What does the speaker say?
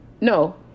no